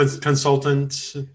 consultant